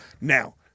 Now